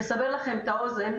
לסבר לכם את האוזן,